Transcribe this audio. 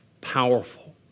powerful